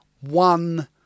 one